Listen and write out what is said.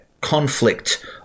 conflict